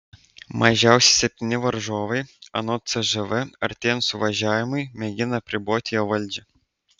mažiausiai septyni varžovai anot cžv artėjant suvažiavimui mėgina apriboti jo valdžią